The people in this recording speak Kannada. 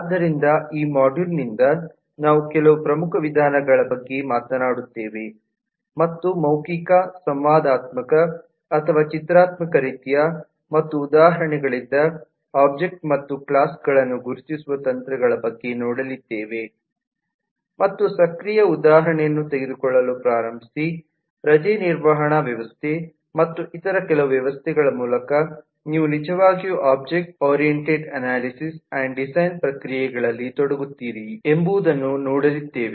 ಆದ್ದರಿಂದ ಈ ಮಾಡ್ಯೂಲ್ನಿಂದ ನಾವು ಕೆಲವು ಪ್ರಮುಖ ವಿಧಾನಗಳ ಬಗ್ಗೆ ಮಾತನಾಡುತ್ತೇವೆ ಮತ್ತು ಮೌಖಿಕ ಸಂವಾದಾತ್ಮಕ ಅಥವಾ ಚಿತ್ರಾತ್ಮಕ ರೀತಿಯ ಮತ್ತು ಉದಾಹರಣೆಗಳಿಂದ ಒಬ್ಜೆಕ್ಟ್ ಮತ್ತು ಕ್ಲಾಸ್ ಗಳನ್ನು ಗುರುತಿಸುವ ತಂತ್ರಗಳ ಬಗ್ಗೆ ನೋಡಲಿದ್ದೇವೆ ಮತ್ತು ಸಕ್ರಿಯ ಉದಾಹರಣೆಯನ್ನು ತೆಗೆದುಕೊಳ್ಳಲು ಪ್ರಾರಂಭಿಸಿ ರಜೆ ನಿರ್ವಹಣಾ ವ್ಯವಸ್ಥೆ ಮತ್ತು ಇತರ ಕೆಲವು ವ್ಯವಸ್ಥೆಗಳ ಮೂಲಕನೀವು ನಿಜವಾಗಿಯೂ object object oriented analysis and design ಪ್ರಕ್ರಿಯೆಗಳಲ್ಲಿ ತೊಡಗುತ್ತೀರಿ ಎಂಬುದನ್ನು ನೋಡಲಿದ್ದೇವೆ